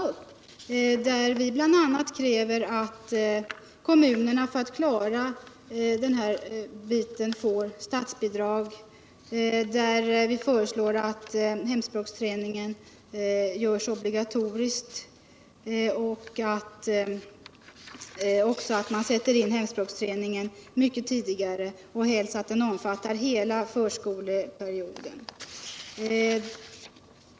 Vi kräver bl.a. att kommunerna för att klara den här uppgiften skall få statsbidrag. Vi föreslår vidare att hemspråksträningen görs obligatorisk och att den sätts in mycket tidigare och helst omfattar hela förskoleperioden.